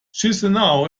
chișinău